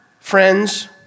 friends